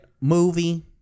Movie